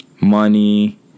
money